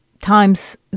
times